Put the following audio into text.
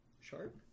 Sharp